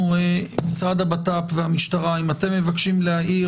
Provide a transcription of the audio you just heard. משרד הבט"פ והמשטרה, בבקשה.